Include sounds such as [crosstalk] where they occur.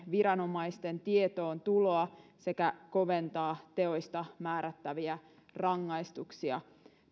[unintelligible] viranomaisten tietoon tuloa sekä koventaa teoista määrättäviä rangaistuksia